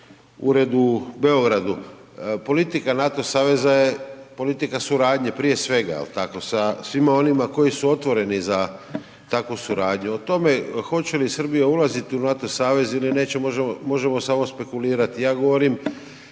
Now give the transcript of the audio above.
ured u Beogradu, politika NATO saveza je politika suradnje prije svega, jel tako, sa svima onima koji su otvoreni za takvu suradnju. O tome hoće li Srbija ulazit u NATO savez ili neće možemo samo špekulirati. Ja govorim